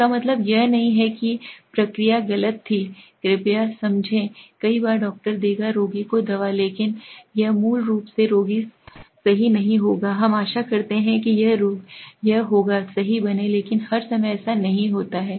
इसका मतलब यह नहीं है कि प्रक्रिया गलत थी कृपया समझें कई बार डॉक्टर देगा रोगी को दवा लेकिन यह मूल रूप से रोगी सही नहीं होगा हम आशा करते हैं कि यह होगा सही बनें लेकिन हर समय ऐसा नहीं होता है